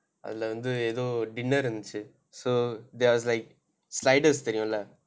அதுல வந்து ஏதோ:athula vanthu aetho dinner இருந்தது:irunthathu so there's like sliders தெரியும்:theriyum lah